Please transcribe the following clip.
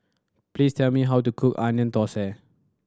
please tell me how to cook Onion Thosai